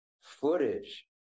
footage